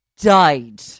died